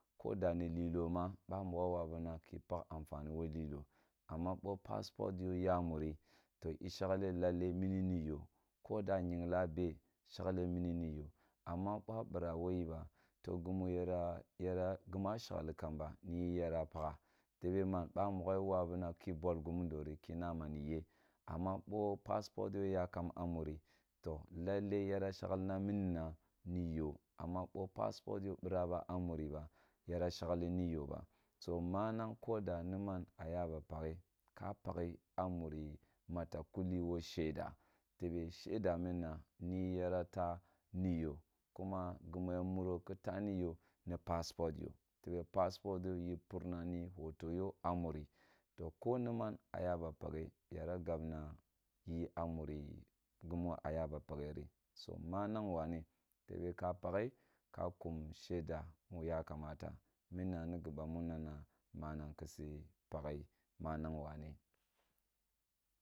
Ko da ni lilo ma ban migha wabu na ki pakh anfani wo lilo amma bo paspot yo ya mari to ishagbe lalle mimo moyp lp da a yigha be shagle mini miyo amma boa bira wo gi ba to gima yara guma shaglo kamba niye uara pakha tebe man ba mmogho ya wanura ki bol gemuda ri ki na ma ni ye amma bo paspot yo yakam a muri to lalle yara shagli na mini niyo amma bo paspot yo nira ba a mari ba yara shagh ni yo ba to manang koda niman a ya ba pakheka patite a muri mata kulli wo sheda tabe sheda mina niyi yara taa niyo kuma gemu yara muri ki toa ni yo ni paspot yo tebe paspot yo yi purna ni hoto yo a muri to ko ni man a yaba paghe yara gabna yi a muri gimu a ya ba pakhe ri so manang wane tebe ka pakhi ka kum wane tebe ka pakhi ka kum sheda ya kamala mmna ni giba, u na na manang kisi paghi manang wane.